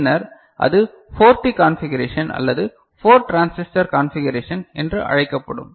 பின்னர் அது 4T configuration அல்லது 4 டிரான்சிஸ்டர் கான்பிகரேஷன் என்று அழைக்கப்படும்